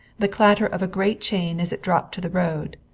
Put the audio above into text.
the clatter of a great chain as it dropped to the road,